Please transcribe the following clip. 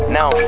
now